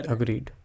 agreed